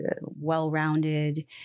well-rounded